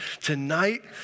tonight